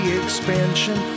expansion